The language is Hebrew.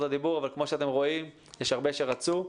הדיבור אבל כמו שאתם רואים יש הרבה שרצו.